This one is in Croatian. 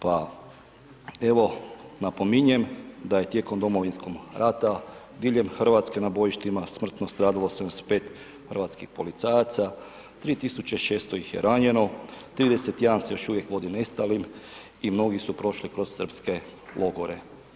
Pa evo, napominjem da je tijekom Domovinskog rata diljem RH na bojištima smrtno stradalo 75 hrvatskih policajaca, 3600 ih je ranjeno, 31 se još uvijek vodi nestalim i mnogi su prošli kroz srpske logore.